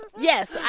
yes,